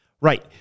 right